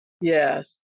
Yes